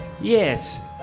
Yes